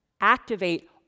activate